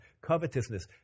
Covetousness